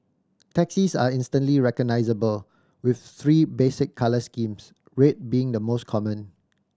taxis are instantly recognisable with three basic colour schemes red being the most common